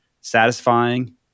satisfying